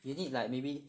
you need like maybe